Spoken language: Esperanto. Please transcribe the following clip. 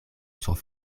sur